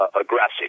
aggressive